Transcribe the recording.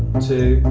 two,